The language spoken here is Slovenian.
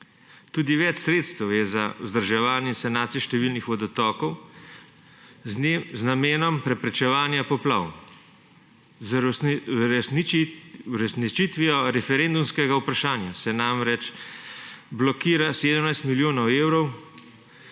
Tudi več sredstev je za vzdrževanje sanacij številnih vodotokov z namenom preprečevanja poplav. Z uresničitvijo referendumskega vprašanja se namreč blokira 17 milijonov evrov